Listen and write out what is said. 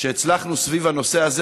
שהצלחנו סביב הנושא הזה,